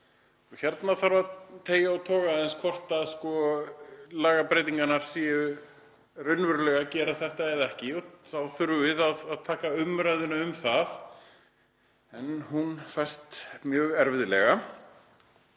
Hérna þarf að teygja og toga aðeins og skoða hvort lagabreytingarnar séu raunverulega að gera þetta eða ekki og þá þurfum við að taka umræðu um það. En það er mjög erfitt af